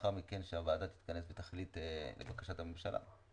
לאחר מכן שהוועדה תתכנס ותחליט לבקשת הממשלה.